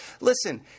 Listen